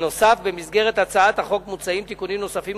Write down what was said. במסגרת הצעת החוק מוצעים תיקונים נוספים,